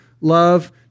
love